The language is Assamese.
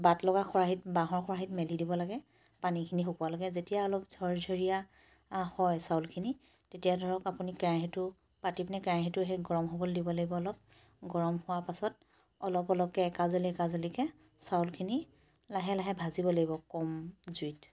বাট লগা খৰাহিত বাঁহৰ খৰাহিত মেলি দিব লাগে পানীখিনি শুকোৱালৈকে যেতিয়া অলপ ঝৰঝৰীয়া হয় চাউলখিনি তেতিয়া ধৰক আপুনি কেৰাহিটো পাতি পিনি কেৰাহিটো সেই গৰম হ'বলৈ দিব লাগিব অলপ গৰম হোৱাৰ পাছত অলপ অলপকৈ একাঁজলি একাঁজলিকৈ চাউলখিনি লাহে লাহে ভাজিব লাগিব কম জুইত